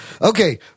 Okay